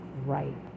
right